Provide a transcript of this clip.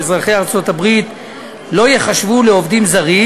אזרחי ארצות-הברית לא ייחשבו לעובדים זרים,